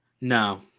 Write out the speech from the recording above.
No